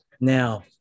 now